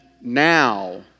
now